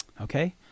Okay